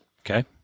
Okay